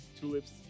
tulips